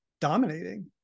dominating